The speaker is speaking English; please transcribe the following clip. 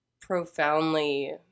profoundly